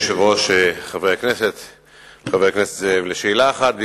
ביום י"ז בחשוון התש"ע (4